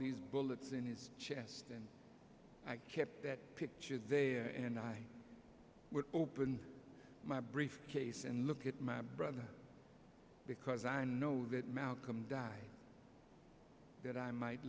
these bullets in his chest and i kept that picture there and i would open my briefcase and look at my brother because i know that malcolm di that i might